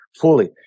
fully